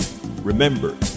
Remember